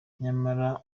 nyamara